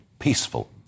peaceful